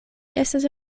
estas